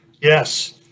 Yes